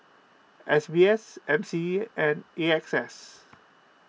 S B S M C E and A X S